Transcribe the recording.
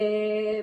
הלאומית.